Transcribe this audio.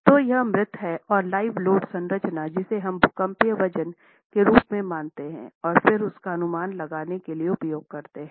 तो यह मृत हैं और लाइव लोड संयोजन जिसे हम भूकंपीय वजन के रूप में मानते हैं और फिर उसका अनुमान लगाने के लिए उपयोग करते हैं